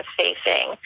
facing